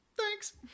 thanks